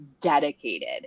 Dedicated